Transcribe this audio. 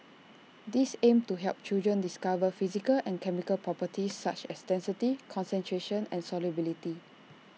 these aim to help children discover physical and chemical properties such as density concentration and solubility